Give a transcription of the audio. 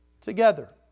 together